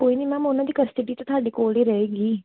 ਕੋਈ ਨਹੀਂ ਮੈਮ ਉਹਨਾਂ ਦੀ ਕਸਟੀਡੀ ਤਾਂ ਤੁਹਾਡੇ ਕੋਲ ਹੀ ਰਹੇਗੀ